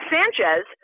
Sanchez